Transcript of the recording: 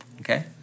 Okay